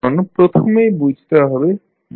এখন প্রথমেই বুঝতে হবে মাস কী